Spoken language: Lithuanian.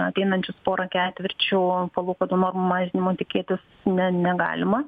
ateinančius porą ketvirčių palūkanų normų mažinimo tikėtis ne negalima